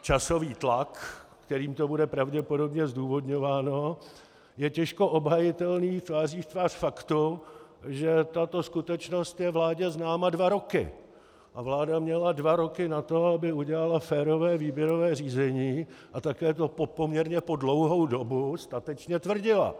Časový tlak, kterým to bude pravděpodobně zdůvodňováno, je těžko obhajitelný tváří v tvář faktu, že tato skutečnost je vládě známa dva roky a vláda měla dva roky na to, aby udělala férové výběrové řízení, a také to po poměrně dlouhou dobu statečně tvrdila.